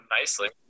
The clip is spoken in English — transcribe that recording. nicely